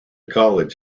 college